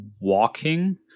walking